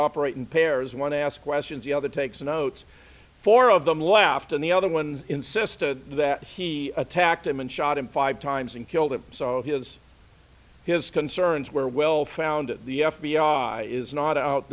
operate in pairs one ask questions the other takes notes four of them left and the other one insisted that he attacked him and shot him five times and killed him so he has his concerns were well founded the f b i is not out